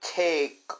take